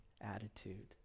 attitude